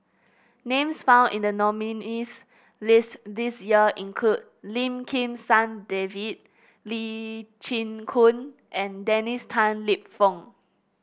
names found in the nominees' list this year include Lim Kim San David Lee Chin Koon and Dennis Tan Lip Fong